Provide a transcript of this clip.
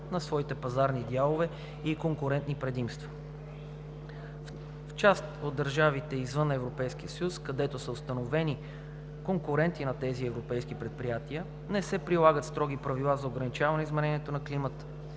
на своите пазарни дялове и конкурентни предимства. В част от държавите извън ЕС, където са установени конкуренти на тези европейски предприятия, не се прилагат строги правила за ограничаване изменението на климата,